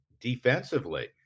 defensively